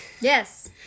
yes